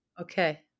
okay